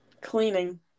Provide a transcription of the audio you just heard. Cleaning